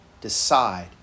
decide